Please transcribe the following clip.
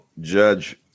Judge